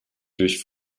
durch